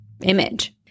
image